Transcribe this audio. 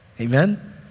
Amen